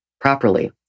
properly